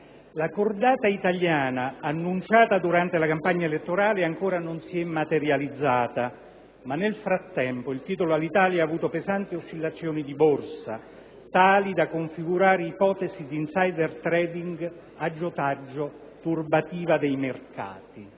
La cordata italiana, annunciata durante la campagna elettorale, ancora non si è materializzata, ma nel frattempo il titolo Alitalia ha subito pesanti oscillazioni di Borsa, tali da configurare ipotesi di *insider trading*, aggiotaggio, turbativa dei mercati.